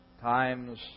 times